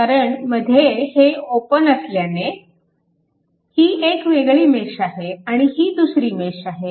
कारण मध्ये हे ओपन असल्याने ही एक वेगळी मेश आहे आणि ही दुसरी मेश आहे